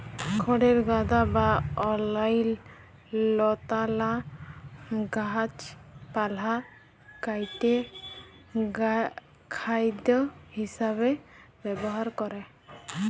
খড়ের গাদা বা অইল্যাল্য লতালা গাহাচপালহা কাইটে গখাইদ্য হিঁসাবে ব্যাভার ক্যরে